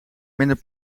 minder